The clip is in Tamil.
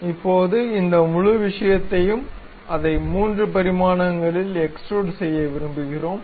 இப்போது இந்த முழு விஷயத்தையும் அதை 3 பரிமாணங்களில் எக்ஸ்டுரூட் செய்ய விரும்புகிறோம்